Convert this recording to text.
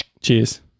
Cheers